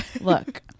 Look